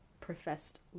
professed